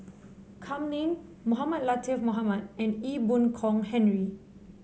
Kam Ning Mohamed Latiff Mohamed and Ee Boon Kong Henry